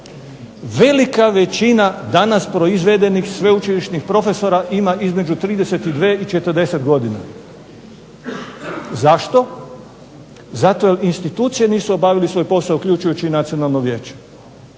Velika većina danas proizvedenih sveučilišnih profesora ima između 32 i 40 godina. Zašto? Zato jer institucije nisu obavile svoj posao uključujući i Nacionalno vijeće.